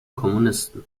kommunisten